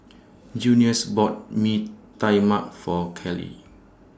Junius bought Mee Tai Mak For Callie